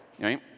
right